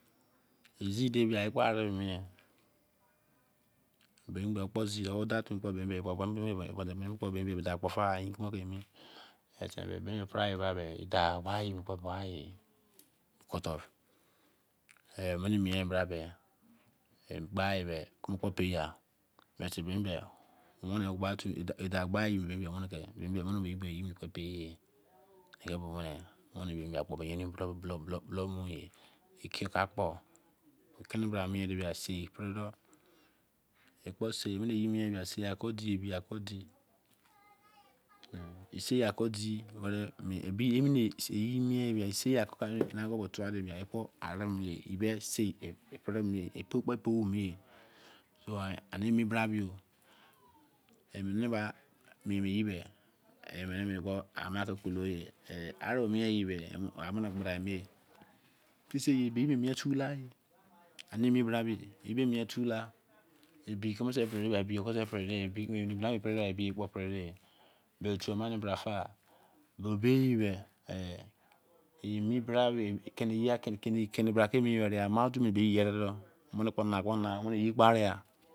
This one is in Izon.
Zide mi kpo aro kpo mie o- nu dau ofu, dan kpo fa yein ke mie feoror agba beh keme kpo pei-ya, e dan gba ye omene ke yerin, yerin bulon bulon mi kene bra mie sei ke pene doh sei ka ko di sa ke pere mene yr ene mi bra mi yo emene bra mie ye ba amene gbade mie mir fu fa, e bi mi